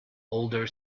older